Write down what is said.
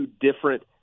different